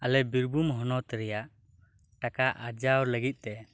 ᱟᱞᱮ ᱵᱤᱨᱵᱷᱩᱢ ᱦᱚᱱᱚᱛ ᱨᱮᱭᱟᱜ ᱴᱟᱠᱟ ᱟᱨᱡᱟᱣ ᱞᱟᱹᱜᱤᱫ ᱛᱮ